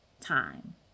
time